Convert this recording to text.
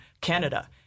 Canada